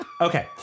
Okay